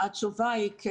התשובה היא כן.